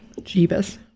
Jeebus